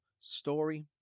story